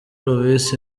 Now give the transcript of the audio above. louis